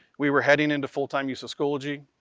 we were heading into full-time use of schoology,